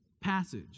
passage